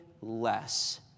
less